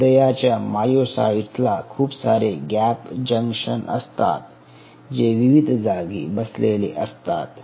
हृदयाच्या मायोसाइट्स ला खूप सारे गॅप जंक्शन असतात जे विविध जागी बसलेले असतात